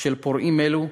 של פורעים אלו,